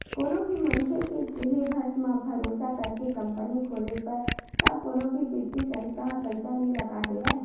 कोनो भी मनखे के केहे बस म, भरोसा करके कंपनी खोले बर का कोनो भी बित्तीय संस्था ह पइसा नइ लगा देवय